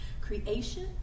creation